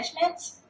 management